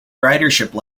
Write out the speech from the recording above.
ridership